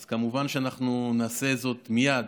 אז כמובן שאנחנו נעשה זאת מייד